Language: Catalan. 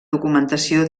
documentació